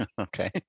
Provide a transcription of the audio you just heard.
Okay